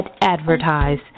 advertise